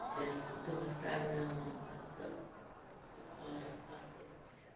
بیٚیہِ ٲسٕس بہٕ دۄہَس سگہٕ ناوان پَتہٕ سۄ سۄ پارک اَصٕل پٲٹھۍ